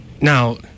Now